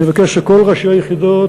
אני מבקש מכל ראשי היחידות,